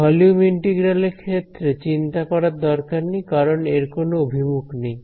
volume integral এর ক্ষেত্রে চিন্তা করার দরকার নেই কারণ এর কোন অভিমুখ নেই